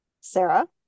Sarah